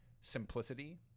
simplicity